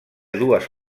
dues